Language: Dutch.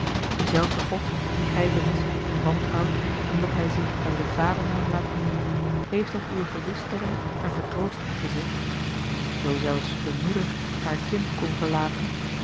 diezelfde god dien gij berispt en wantrouwt omdat hij zich bij den vadernaam laat noemen heeft tot uwe geruststelling en vertroosting gezegd zoo zelfs eene moeder haar kind kon verlaten